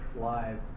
live